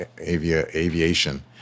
aviation